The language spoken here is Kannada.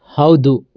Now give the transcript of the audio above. ಹೌದು